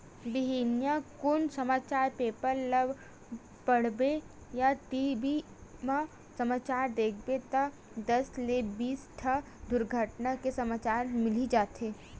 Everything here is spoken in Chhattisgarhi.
बिहनिया कुन समाचार पेपर ल पड़बे या टी.भी म समाचार देखबे त दस ले बीस ठन दुरघटना के समाचार मिली जाथे